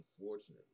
unfortunately